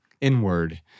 inward